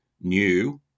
new